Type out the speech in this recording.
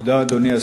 אדוני השר,